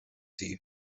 sie